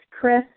Chris